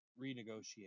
renegotiate